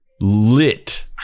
Lit